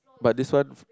but this one